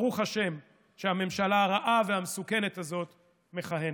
ברוך השם, שבהם הממשלה הרעה והמסוכנת הזאת מכהנת.